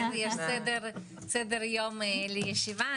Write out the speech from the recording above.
יש סדר יום לישיבה,